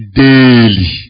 daily